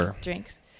drinks